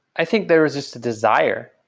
i think there is just a desire,